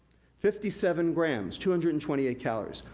fifty seven grams two hundred and twenty eight calories.